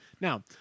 Now